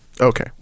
Okay